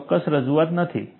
તે ચોક્કસ રજૂઆત નથી